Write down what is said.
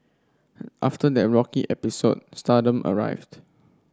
after that rocky episode stardom arrived